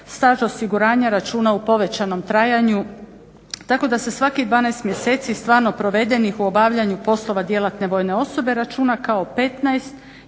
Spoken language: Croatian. staž osiguranja računa u povećanom trajanju tako da se svakih 12 mjeseci stvarno provedenih u obavljanju poslova djelatne vojne osobe računa kao 15